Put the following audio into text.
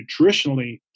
nutritionally